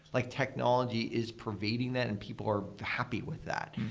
like technology is pervading that and people are happy with that.